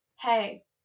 hey